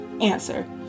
answer